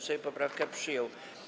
Sejm poprawkę przyjął.